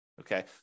Okay